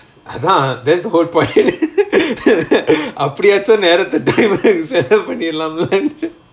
அதான்:athaan that's the whole point அப்புடியாச்சும் நேரத்த:appudiyachum neratha time ah save பண்ணிரலானு நினச்ச:panniralannu ninacha